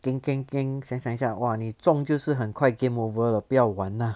keng keng keng 想想一下 !wah! 你中就是很快 game over 了不要玩 ah